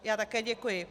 Já také děkuji.